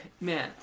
Man